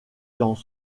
dans